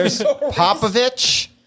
Popovich